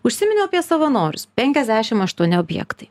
užsiminiau apie savanorius penkiasdešim aštuoni objektai